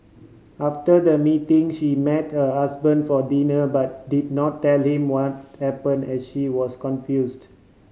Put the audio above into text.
after the meeting she met her husband for dinner but did not tell him what happen as she was confused